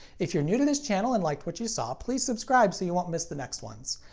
if you're new to this channel and liked what you saw, please subscribe so you won't miss the next ones.